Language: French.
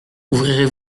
ouvrirez